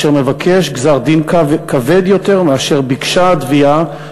אשר מבקש גזר-דין כבד יותר מאשר ביקשה התביעה,